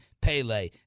Pele